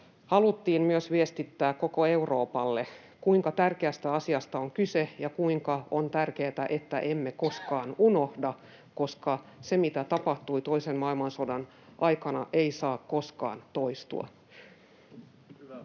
haluttiin myös viestittää koko Euroopalle, kuinka tärkeästä asiasta on kyse ja kuinka on tärkeätä, että emme koskaan unohda, koska se, mitä tapahtui toisen maailmansodan aikana, ei saa koskaan toistua.